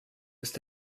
ist